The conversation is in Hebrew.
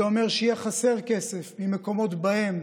זה אומר שיהיה חסר כסף במקומות שבהם